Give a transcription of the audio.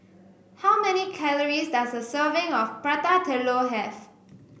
how many calories does a serving of Prata Telur have